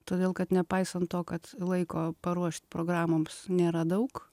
todėl kad nepaisant to kad laiko paruošt programoms nėra daug